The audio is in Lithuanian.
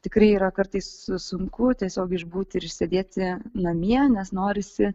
tikrai yra kartais sunku tiesiog išbūti ir sėdėti namie nes norisi